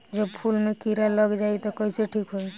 जब फूल मे किरा लग जाई त कइसे ठिक होई?